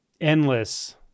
endless